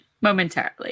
momentarily